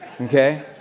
Okay